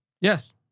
Yes